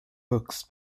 books